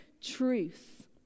truth